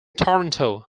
toronto